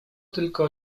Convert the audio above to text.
tylko